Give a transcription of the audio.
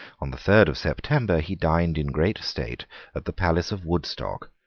on the third of september he dined in great state at the palace of woodstock,